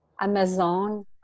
Amazon